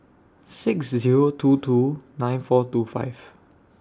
six Zero two two nine four two five